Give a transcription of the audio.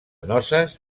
noces